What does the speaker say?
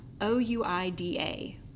O-U-I-D-A